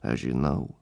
aš žinau